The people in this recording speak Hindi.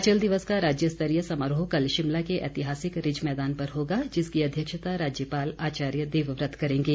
हिमाचल दिवस का राज्यस्तरीय समारोह कल शिमला के ऐतिहासिक रिज मैदान पर होगा जिसकी अध्यक्षता राज्यपाल आचार्य देवव्रत करेंगे